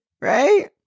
right